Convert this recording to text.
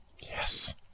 Yes